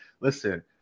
Listen